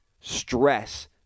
stress